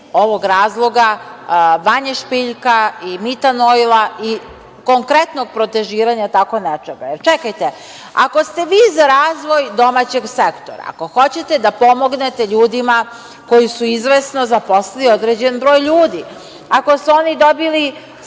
ovog razloga Vanje Špiljka i „Mitan Oila“ o konkretnog protežiranja tako nečega. Čekajte, ako ste vi za razvoj domaćeg sektora, ako hoćete da pomognete ljudima koji su izvesno zaposlili određeni broj ljudi, ako su oni dobili